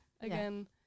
again